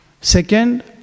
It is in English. Second